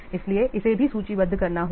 इसलिए इसे भी सूचीबद्ध करना होगा